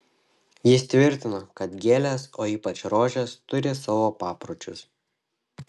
jis tvirtino kad gėlės o ypač rožės turi savo papročius